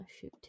Shoot